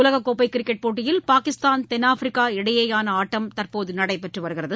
உலகக்கோப்பை கிரிக்கெட் போட்டியில் பாகிஸ்தாள் தென்னாப்பிரிக்கா இடையேயான ஆட்டம் தற்போது நடைபெற்று வருகிறது